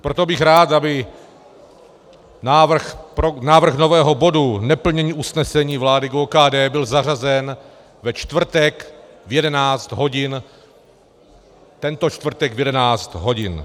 Proto bych rád, aby návrh nového bodu Neplnění usnesení vlády k OKD byl zařazen ve čtvrtek v 11 hodin tento čtvrtek v 11 hodin.